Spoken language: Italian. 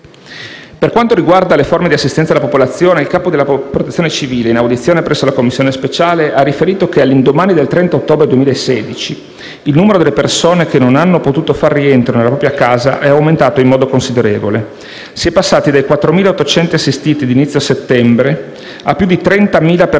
Per quanto riguarda le forme di assistenza alla popolazione, il Capo della Protezione civile, in audizione presso la Commissione speciale, ha riferito che all'indomani del 30 ottobre 2016, il numero delle persone che non hanno potuto far rientro nella propria casa è aumentato in modo considerevole; si è passati dai 4.800 assistiti di inizio settembre, a più di 30.000 persone